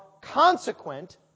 consequent